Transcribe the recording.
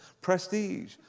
prestige